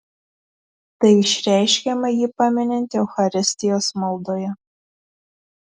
tai išreiškiama jį paminint eucharistijos maldoje